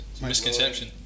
Misconception